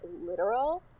literal